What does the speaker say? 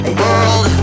world